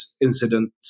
incident